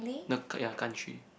no cou~ ya country